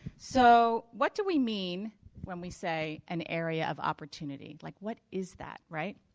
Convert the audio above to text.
so, what do we mean when we say an area of opportunity? like, what is that, right?